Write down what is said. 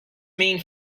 mean